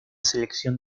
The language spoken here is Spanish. selección